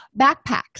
Backpacks